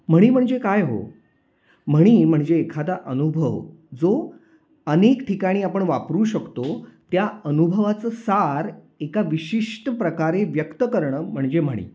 म्हणी म्हणजे काय हो म्हणी म्हणजे एखादा अनुभव जो अनेक ठिकाणी आपण वापरू शकतो त्या अनुभवाचं सार एका विशिष्ट प्रकारे व्यक्त करणं म्हणजे म्हणी